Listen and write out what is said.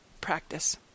practice